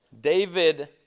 David